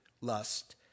lust